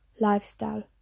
lifestyle